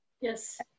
Yes